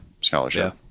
scholarship